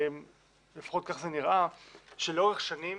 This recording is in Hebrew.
לפחות כך זה נראה, שלאורך שנים